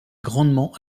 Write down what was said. grandement